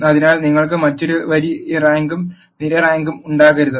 അതിനാൽ നിങ്ങൾക്ക് മറ്റൊരു വരി റാങ്കും നിര റാങ്കും ഉണ്ടാകരുത്